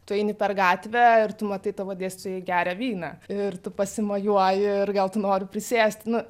tu eini per gatvę ir tu matai tavo dėstytojai geria vyną ir tu pasimojuoji ir gal tu nori prisėst nu